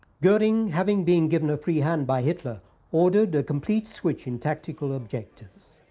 goring having been given a free hand by hitler ordered a complete switch in tactical objectives.